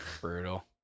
brutal